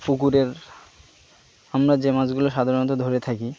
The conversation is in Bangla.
পুকুরের আমরা যে মাছগুলো সাধারণত ধরে থাকি